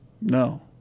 No